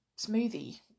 smoothie